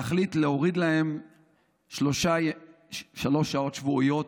להוריד להם שלוש שעות שבועיות,